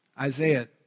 Isaiah